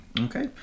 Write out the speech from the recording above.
Okay